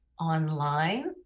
online